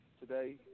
today